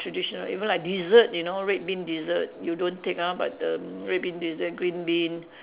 traditional even like dessert you know red bean dessert you don't take ah but the red bean dessert green bean